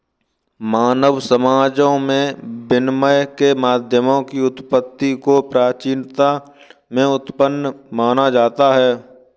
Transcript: मानव समाजों में विनिमय के माध्यमों की उत्पत्ति को प्राचीनता में उत्पन्न माना जाता है